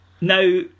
Now